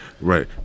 right